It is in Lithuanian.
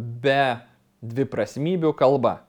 be dviprasmybių kalba